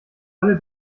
alle